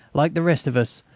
like the rest of us,